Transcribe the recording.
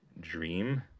dream